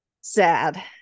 sad